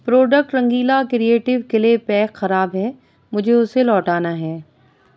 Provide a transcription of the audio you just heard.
product Rangeela creative clay pack خراب ہے، مجھے اسے لوٹانا ہے